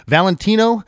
Valentino